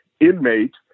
inmate